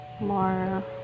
More